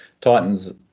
Titans